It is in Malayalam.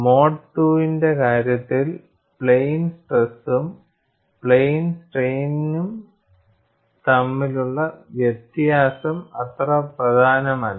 മോഡ് II ന്റെ കാര്യത്തിൽ പ്ലെയിൻ സ്ട്രെസ്നും പ്ലെയിൻ സ്ട്രെയിൻനും തമ്മിലുള്ള വ്യത്യാസം അത്ര പ്രധാനമല്ല